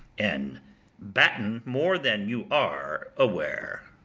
and batten more than you are aware.